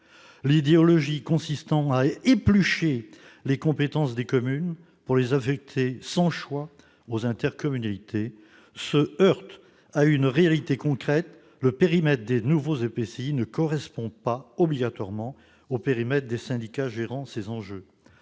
L'idéologie consistant à « éplucher » les compétences des communes pour les affecter sans choix aux intercommunalités se heurte à une réalité concrète : le périmètre des nouveaux EPCI ne correspond pas nécessairement aux périmètres des syndicats gérant ces enjeux.